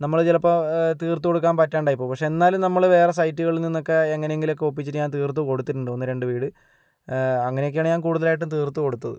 നമ്മൾ ചിലപ്പോൾ തീർത്തു കൊടുക്കാൻ പറ്റാണ്ടായിപ്പോകും പക്ഷേ എന്നാലും നമ്മൾ വേറെ സൈറ്റുകളിൽ നിന്നൊക്കെ എങ്ങനെയെങ്കിലും ഒക്കെ ഒപ്പിച്ചു ഞാൻ തീർത്തു കൊടുത്തിട്ടുണ്ട് ഒന്ന് രണ്ട് വീട് അങ്ങനെയൊക്കെയാണ് ഞാൻ കൂടുതലായിട്ടും തീർത്തു കൊടുത്തത്